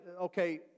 okay